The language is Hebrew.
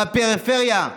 מהפריפריה,